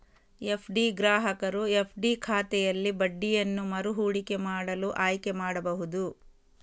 FD ಗ್ರಾಹಕರು FD ಖಾತೆಯಲ್ಲಿ ಬಡ್ಡಿಯನ್ನು ಮರು ಹೂಡಿಕೆ ಮಾಡಲು ಆಯ್ಕೆ ಮಾಡಬಹುದು